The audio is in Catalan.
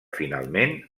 finalment